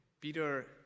Peter